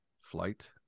Flight